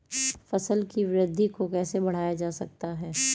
फसल की वृद्धि को कैसे बढ़ाया जाता हैं?